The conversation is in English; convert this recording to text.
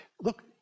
Look